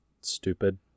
Stupid